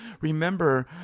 remember